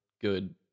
good